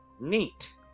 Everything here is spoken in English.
neat